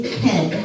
head